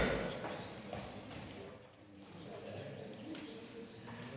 Tak